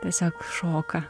tiesiog šoka